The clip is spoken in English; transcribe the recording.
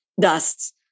Dust